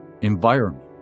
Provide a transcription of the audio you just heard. environment